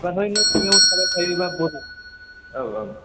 बाहाय न' सिङाव थाबाय थायोबा औ औ